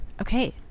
Okay